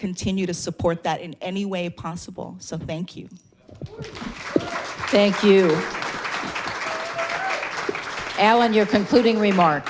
continue to support that in any way possible so thank you thank you allen your concluding remark